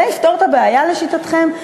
זה יפתור את הבעיה לשיטתכם?